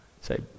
say